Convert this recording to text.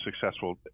successful